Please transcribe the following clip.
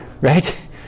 Right